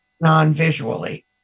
non-visually